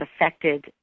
affected